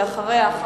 ואחריה,